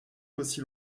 aussi